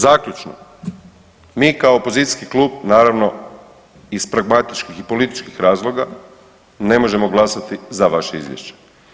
Zaključno, mi kao opozicijski klub naravno iz pragmatičkih i političkih razloga ne možemo glasati za vaše izvješće.